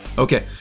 Okay